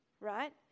right